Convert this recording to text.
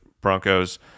Broncos